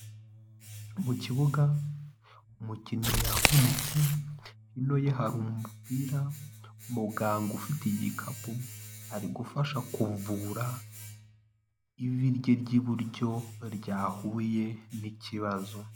Mu kibuga umukinnyi yavunitse, hino ye hari umupira umuganga ufite igikapu ari gufasha kuvura ivi rye ry'iburyo ryahuye n'ikibazo.